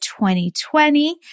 2020